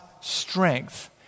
strength